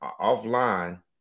offline